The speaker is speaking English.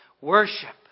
worship